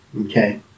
Okay